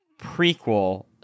prequel